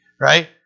Right